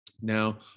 now